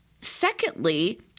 Secondly